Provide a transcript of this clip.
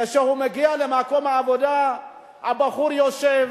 כאשר הוא מגיע למקום העבודה הבחור יושב,